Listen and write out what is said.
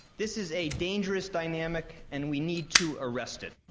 this is a dangerous dynamic and we need to arrest it.